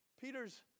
Peter's